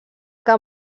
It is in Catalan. que